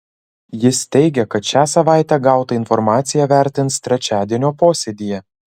jis teigia kad šią savaitę gautą informaciją vertins trečiadienio posėdyje